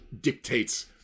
dictates